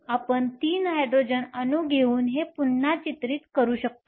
आपण 3 हायड्रोजन अणू घेऊन हे पुन्हा चित्रित करू शकतो